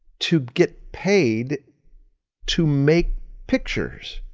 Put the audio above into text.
to get paid to make pictures.